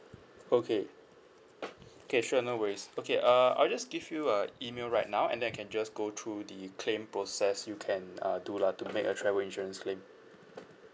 okay okay sure no worries okay uh I'll just give you a email right now and then I can just go through the claim process you can uh do lah to make a travel insurance claim